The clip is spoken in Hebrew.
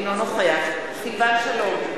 אינו נוכח סילבן שלום,